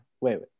wait